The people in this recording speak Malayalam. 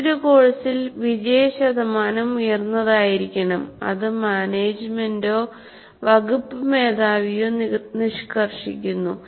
മറ്റൊരു കോഴ്സിൽ വിജയശതമാനം ഉയർന്നതായിരിക്കണം അത് മാനേജുമെന്റോ വകുപ്പ് മേധാവിയോ നിഷ്കർഷിക്കുന്നു